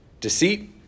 deceit